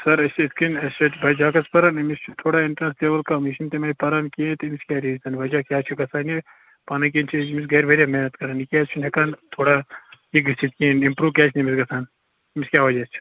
سَر أسۍ یِتھٕ کٔنۍ اسہِ ٲسۍ بَچہٕ اَکھ حظ پَران أمِس چھُ تھوڑا اِنٹرٛسٹہٕ لیٚوٕل کَمٕے یہِ چھُنہٕ تَمےَ پَران کِہیٖنٛۍ تٔمِس کیٛاہ رییٖزَن وَجہ کیٛاہ چھُ گَژھان یہِ پَنٕنۍ کِنۍ چھِ أسۍ أمِس گَرِ واریاہ محنَت کَران یہِ کیٛاز چھُنہٕ ہیٚکان تھوڑا یہِ گٔژھِتھ کِہیٖنٛۍ اِمپرٛوٗ کیٛاز نہٕ أمِس گَژھان أمِس کیٛاہ وَجہ چھُ